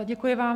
Děkuji vám.